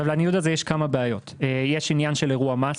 לניוד הזה יש כמה בעיות: ישנו עניין של אירוע מס,